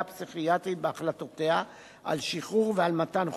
הפסיכיאטרית בהחלטותיה על שחרור ועל מתן חופשות.